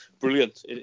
Brilliant